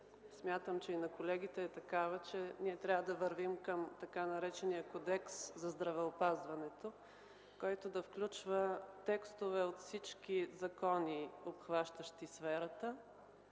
смятам и на колегите е такава, е, че трябва да вървим към така наречения Кодекс за здравеопазването, който да включва текстове от всички закони, обхващащи сферата,